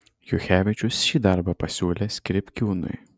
juchevičius šį darbą pasiūlė skripkiūnui